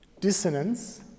Dissonance